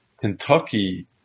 Kentucky